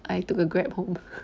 I took a Grab home